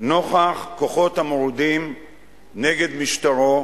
נוכח כוחות המורדים נגד משטרו,